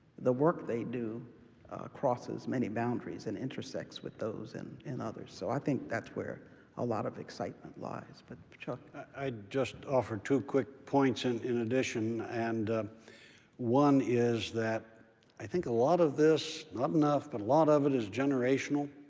the work they do crosses many boundaries and intersects with those in in others. so i think that's where a lot of excitement lies. but chuck vest i'll just offer two quick points and in addition. and one is that i think a lot of this not enough, but a lot of it is generational.